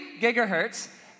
gigahertz